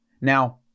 Now